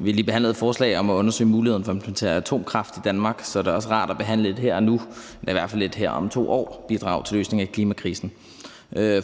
Vi har lige behandlet et forslag om at undersøge muligheden for at implementere atomkraft i Danmark. Så er det også rart at behandle et forslag, som her og nu eller i hvert fald om 2 år vil bidrage til at løse klimakrisen.